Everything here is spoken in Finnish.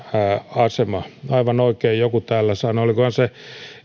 asema aivan oikein joku täällä sanoi olikohan